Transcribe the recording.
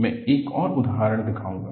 मैं एक और उदाहरण दिखाऊंगा